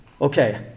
Okay